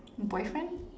boyfriend